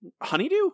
honeydew